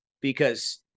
because-